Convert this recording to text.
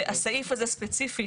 שהסעיף הזה ספציפית,